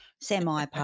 Semi